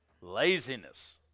Laziness